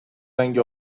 رنگ